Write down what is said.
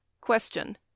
Question